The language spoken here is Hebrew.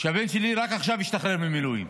הבן שלי רק עכשיו השתחרר ממילואים,